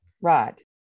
Right